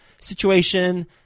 situation